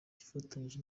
yifatanyije